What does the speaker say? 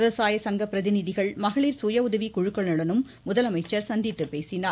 விவசாய சங்க பிரதிநிதிகள் மகளிர் சுய உதவிக்குழுக்களுடனும் முதலமைச்சர் சந்தித்து பேசினார்